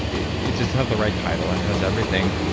it it just has the right title, it has everything.